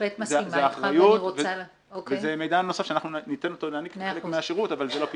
זו אחריות וזה מידע נוסף שאנחנו נעניק כחלק מהשרות אבל זה לא פתרון.